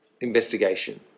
investigation